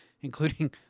including